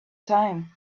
time